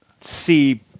see